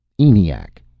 eniac